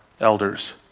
elders